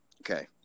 Okay